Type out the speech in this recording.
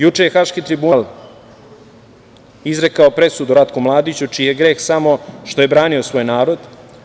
Juče je Haški tribunal izrekao presudu Ratku Mladiću čiji je greh samo što je branio svoj narod.